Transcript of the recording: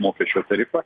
mokesčio tarifą